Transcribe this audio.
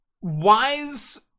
Wise